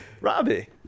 Robbie